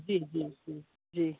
जी जी जी जी